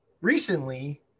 recently